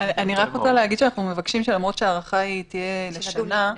למרות שההארכה תהיה לשנה,